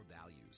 values